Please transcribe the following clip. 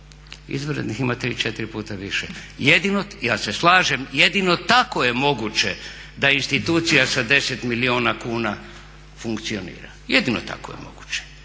Izvanrednih ima 3, 4 puta više. Ja se slažem, jedino tako je moguće da institucija sa 10 milijuna kuna funkcionira, jedino tako je moguće.